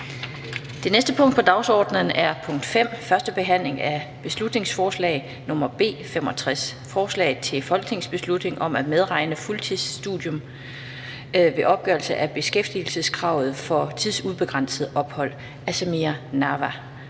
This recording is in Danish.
Det næste punkt på dagsordenen er: 5) 1. behandling af beslutningsforslag nr. B 65: Forslag til folketingsbeslutning om at medregne fuldtidsstudium ved opgørelse af beskæftigelseskravet for tidsubegrænset ophold. Af Samira Nawa